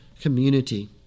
community